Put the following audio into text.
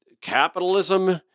capitalism